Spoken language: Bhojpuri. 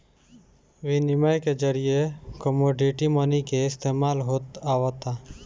बिनिमय के जरिए कमोडिटी मनी के इस्तमाल होत आवता